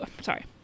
Sorry